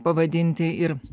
pavadinti ir